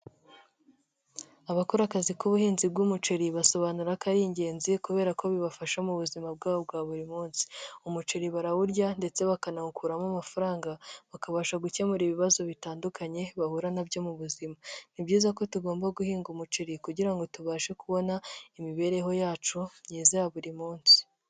Abakora akazi k'ubuhinzi bw'umuceri, basobanura ko ari ingenzi kubera ko bibafasha mu buzima bwabo bwa buri munsi. Umuceri barawurya ndetse bakanawukuramo amafaranga, bakabasha gukemura ibibazo bitandukanye bahura nabyo mu buzima. Ni byiza ko tugomba guhinga umuceri, kugira ngo tubashe kubona imibereho yacu myiza ya buri munsi.